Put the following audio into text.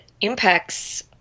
impacts